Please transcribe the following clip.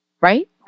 Right